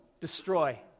destroy